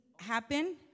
happen